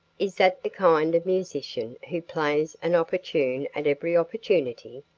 is that the kind of musician who plays an opportune at every opportunity?